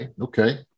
Okay